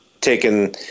taken